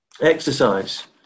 exercise